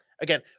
Again